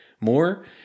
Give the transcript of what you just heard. more